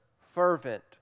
fervent